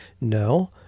No